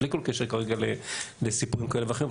בלי כל קשר כרגע לסיפורים כאלה ואחרים,